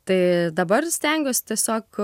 tai dabar stengiuosi tiesiog